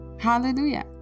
Hallelujah